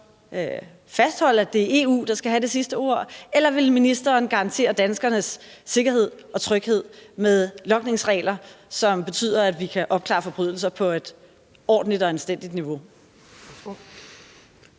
fastholde, at det er EU, der skal have det sidste ord. Eller vil ministeren garantere danskerne sikkerhed og tryghed med logningsregler, som betyder, at vi kan opklare forbrydelser på et ordentligt og anstændigt niveau?